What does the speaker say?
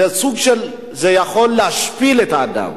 זה יכול להשפיל את האדם,